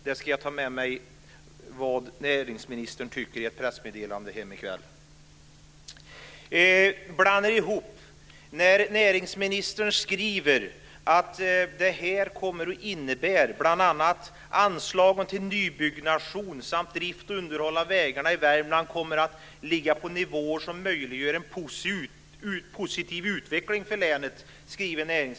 Jag ska ta med mig vad näringsministern tycker i ett pressmeddelande hem i kväll. Näringsministern talar om att blanda ihop. Näringsministern skriver att detta kommer att innebära bl.a. att anslagen till nybyggnation samt drift och underhåll av vägarna i Värmland kommer att ligga på nivåer som möjliggör en positiv utveckling för länet.